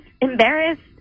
embarrassed